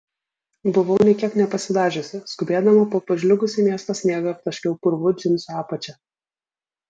buvau nė kiek nepasidažiusi skubėdama po pažliugusį miesto sniegą aptaškiau purvu džinsų apačią